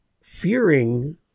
fearing